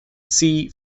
see